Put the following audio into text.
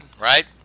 right